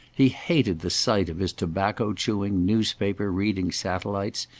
he hated the sight of his tobacco-chewing, newspaper-reading satellites,